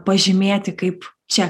pažymėti kaip čia